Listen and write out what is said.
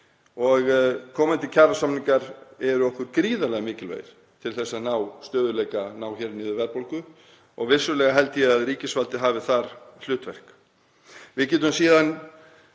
Komandi kjarasamningar eru okkur gríðarlega mikilvægir til að ná stöðugleika, ná niður verðbólgu og vissulega held ég að ríkisvaldið hafi þar hlutverk. Við getum síðan